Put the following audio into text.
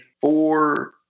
four